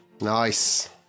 Nice